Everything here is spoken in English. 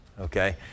okay